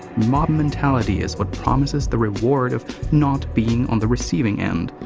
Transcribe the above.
mob-mentality is what promises the reward of not being on the receiving end,